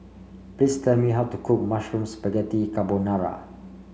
please tell me how to cook Mushroom Spaghetti Carbonara